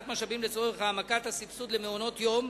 משאבים לצורך העמקת הסבסוד למעונות-יום,